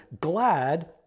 glad